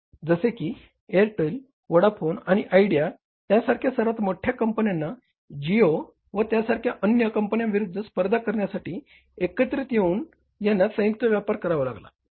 जसे की Airtel Vodafone आणि आयडिया यांसारख्या सर्वात मोठ्या कंपन्यांना जिओ व त्यासारख्या अन्य कंपन्याविरुद्ध स्पर्धा करण्यासाठी एकत्रित येऊन यांना संयुक्त व्यापार करावा लागला